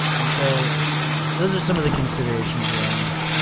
and so those are some of the considerations around that.